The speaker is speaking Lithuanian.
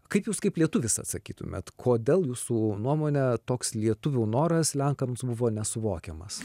kaip jūs kaip lietuvis atsakytumėt kodėl jūsų nuomone toks lietuvių noras lenkams buvo nesuvokiamas